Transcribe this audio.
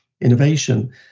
innovation